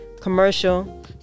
commercial